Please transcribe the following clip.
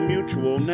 Mutual